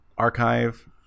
archive